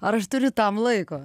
ar aš turiu tam laiko